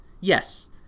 Yes